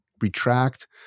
retract